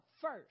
first